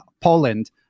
poland